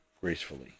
gracefully